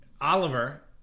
Oliver